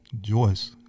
Joyce